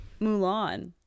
Mulan